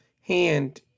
hand